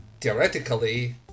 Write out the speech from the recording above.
theoretically